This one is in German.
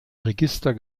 register